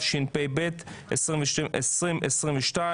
התשפ"ב-2022